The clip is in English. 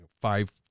five